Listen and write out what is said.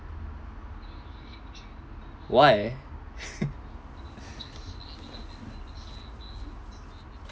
why